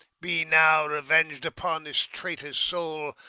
be now reveng'd upon this traitor's soul,